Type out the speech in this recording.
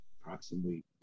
approximately